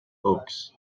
oaks